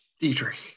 Dietrich